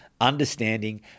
understanding